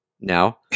now